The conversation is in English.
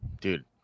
Dude